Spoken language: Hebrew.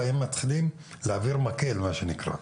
להעביר מקל, מה שנקרא.